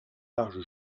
large